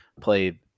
played –